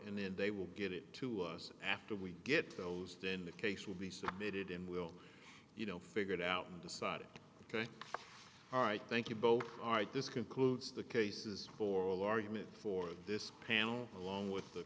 and then they will get it to us after we get those then the case will be submitted and we'll you know figure it out and decide it ok all right thank you both all right this concludes the cases for all argument for this panel along with the